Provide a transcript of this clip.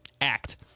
Act